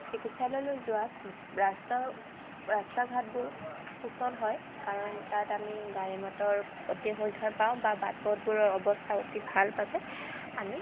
চিকিৎসালয়লৈ যোৱা ৰাস্তা ৰাস্তা ঘাটবোৰ সুচল হয় কাৰণ তাত আমি গাড়ী মটৰ অতি শীঘ্ৰে পাওঁ বা বাট পথবোৰৰ অৱস্থা অতি ভাল বাবে আমি